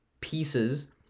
pieces